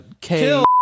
kill